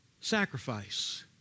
sacrifice